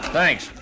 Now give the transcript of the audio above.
thanks